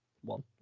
one